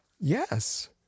Yes